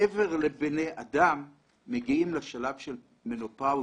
מעבר לבני אדם, מגיעים לשלב של מנופאוזה,